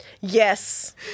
Yes